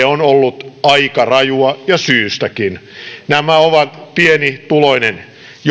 on ollut aika rajua ja syystäkin nämä ihmiset ovat pienituloinen